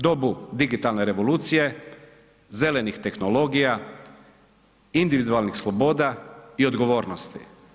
Dobu digitalne revolucije, zelenih tehnologija, individualnih sloboda i odgovornosti.